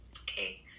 Okay